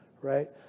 right